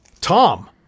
Tom